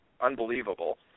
unbelievable